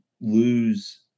lose